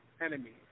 enemies